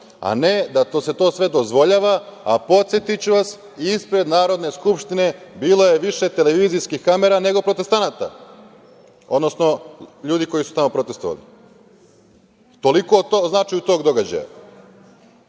a ne da se to sve dozvoljava. Podsetiću vas, ispred Narodne skupštine bilo je više televizijskih kamera nego protestanata, odnosno ljudi koji su tamo protestvovali. Toliko znači od tog događaja. Policija